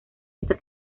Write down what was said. esta